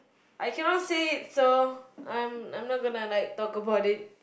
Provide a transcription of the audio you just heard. I cannot say it so I'm I'm I'm not gonna talk about it